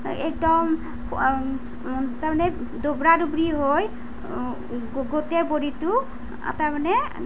একদম তাৰমানে ডবৰা ডবৰি হৈ গোটেই বডীটো তাৰমানে